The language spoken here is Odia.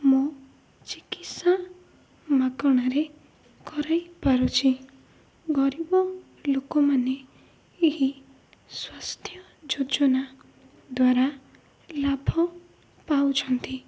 ମୋ ଚିକିତ୍ସା ମାଗଣାରେ କରାଇପାରୁଛି ଗରିବ ଲୋକମାନେ ଏହି ସ୍ୱାସ୍ଥ୍ୟ ଯୋଜନା ଦ୍ୱାରା ଲାଭ ପାଉଛନ୍ତି